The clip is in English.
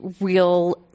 real